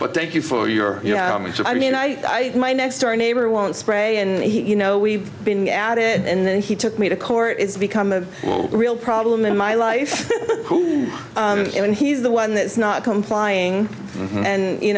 but thank you for your yeah and so i mean i my next door neighbor won't spray and he you know we've been added and then he took me to court it's become a real problem in my life and he's the one that's not complying and you